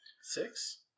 six